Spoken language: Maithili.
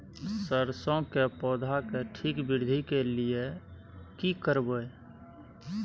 सरसो के पौधा के ठीक वृद्धि के लिये की करबै?